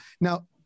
now